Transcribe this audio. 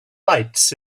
lights